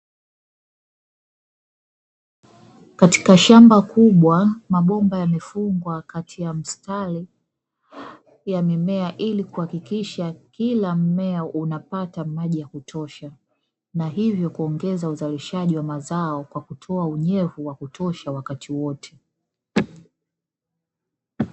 Katika shamba kubwa mabomba yamefungwa kati ya mstari ya mimea ili kuhakikisha kila mmea unapata maji ya kutosha, na hivyo kuongeza uzalishaji wa mazao kwa kutoa unyevu wa kutosha wakati wote.